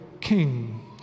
King